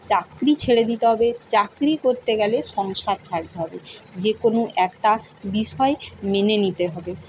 চাকরি ছেড়ে দিতে হবে চাকরি করতে গেলে সংসার ছাড়তে হবে যে কোনো একটা বিষয় মেনে নিতে হবে